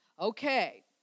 Okay